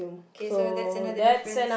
K so that's another difference